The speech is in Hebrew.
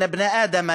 (אומר דברים בערבית